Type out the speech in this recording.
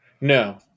No